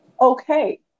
okay